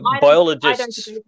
biologists